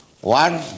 One